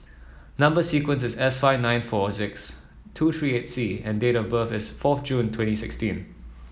number sequence is S five nine four six two three eight C and date of birth is fourth June twenty sixteen